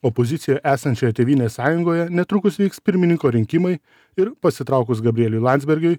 opozicijoj esančioj tėvynės sąjungoje netrukus vyks pirmininko rinkimai ir pasitraukus gabrieliui landsbergiui